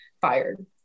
fired